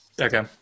Okay